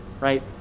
right